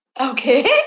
Okay